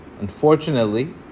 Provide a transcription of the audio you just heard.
Unfortunately